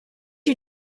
you